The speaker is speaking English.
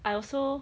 I also